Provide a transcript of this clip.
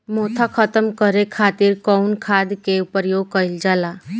मोथा खत्म करे खातीर कउन खाद के प्रयोग कइल जाला?